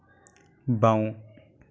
বাওঁ